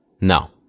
No